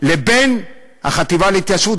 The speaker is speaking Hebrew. לבין החטיבה להתיישבות,